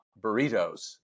burritos